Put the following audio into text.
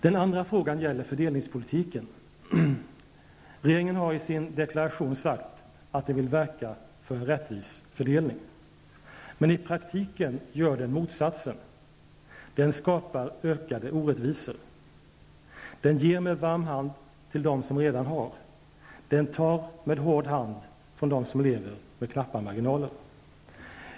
Den andra frågan gäller fördelningspolitiken. Regeringen har i sin deklaration sagt att den vill verka för en rättvis fördelning. Men i praktiken gör den motsatsen. Den skapar ökade orättvisor. Den ger med varm hand till dem som redan har. Den tar med hård hand från dem som lever med knappa marginaler.